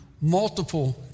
multiple